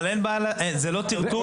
זה לא טרטור.